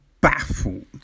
baffled